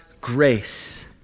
grace